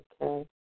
okay